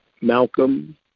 Malcolm